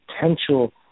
potential